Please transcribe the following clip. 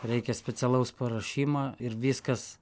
reikia specialaus paruošimo ir viskas